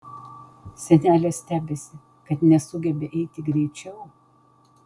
senelė stebisi kad nesugebi eiti greičiau